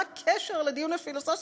מה הקשר לדיון הפילוסופי?